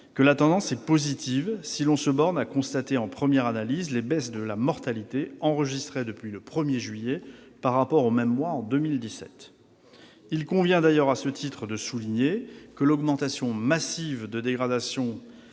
que la tendance est positive, si l'on se borne à constater, en première analyse, les baisses de la mortalité enregistrées depuis le 1 juillet, par rapport aux mêmes mois en 2017. Il convient d'ailleurs, à ce titre, de souligner que l'augmentation massive des dégradations